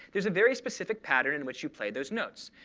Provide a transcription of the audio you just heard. there's a very specific pattern in which you play those notes.